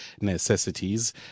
necessities